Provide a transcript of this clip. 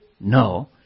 No